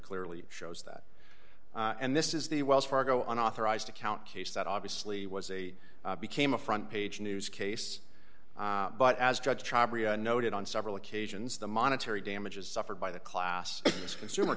clearly shows that and this is the wells fargo unauthorized account case that obviously was a became a front page news case but as judge noted on several occasions the monetary damages suffered by the class as consumer